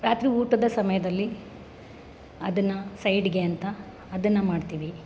ರಾತ್ರಿ ಊಟದ ಸಮಯದಲ್ಲಿ ಅದನ್ನು ಸೈಡ್ಗೆ ಅಂತ ಅದನ್ನು ಮಾಡ್ತೀವಿ